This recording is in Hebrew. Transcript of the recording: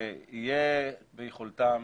יהיה ביכולתם